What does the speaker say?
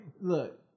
Look